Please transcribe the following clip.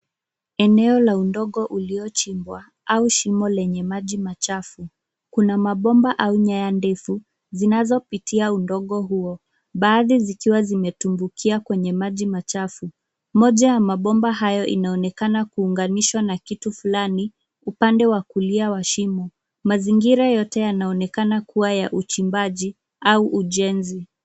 Eneo la udogo lililochimbwa, au shimo lenye maji machafu. Kuna mabomba au nyaya ndefu zinazopitia kwenye udongo huo, baadhi zikiwa zimetumbukia kwenye maji machafu. Moja ya mabomba hayo inaonekana kuunganishwa na kitu fulani upande wa kulia wa shimo. Mazingira yote yanaonekana kuwa ya uchimbaji au ujenzi.